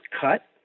cut